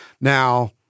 Now